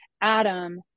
Adam